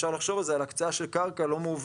אפשר לחשוב על זה על הקצאה של קרקע לא מאובנת,